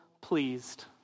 pleased